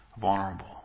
vulnerable